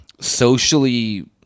socially